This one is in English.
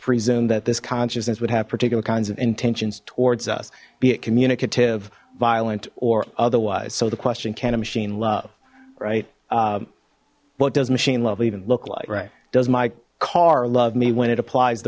presume that this consciousness would have particular kinds of intentions towards us be it communicative violent or otherwise so the question can a machine love right what does machine love even look like right does my car love me when it applies t